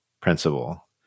principle